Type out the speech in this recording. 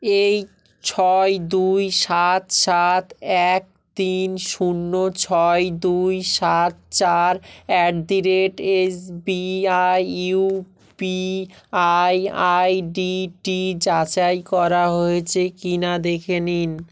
এই ছয় দুই সাত সাত এক তিন শূন্য ছয় দুই সাত চার at the rate S B I U P I আইডিটি যাচাই করা হয়েছে কি না দেখে নিন